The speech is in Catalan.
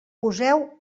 poseu